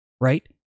Right